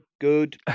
Good